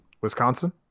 Wisconsin